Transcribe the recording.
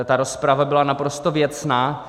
Ta rozprava byla naprosto věcná.